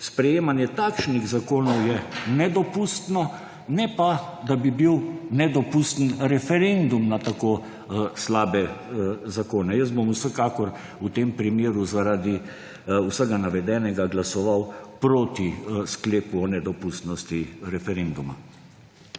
Sprejemanje takšnih zakonov je torej nedopustno, ne pa, da bi bil nedopusten referendum na tako slabe zakone. Jaz bom vsekakor v tem primeru zaradi vsega navedenega glasoval proti sklepu o nedopustnosti referenduma.